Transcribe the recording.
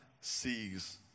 sees